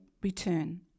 return